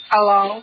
Hello